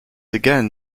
again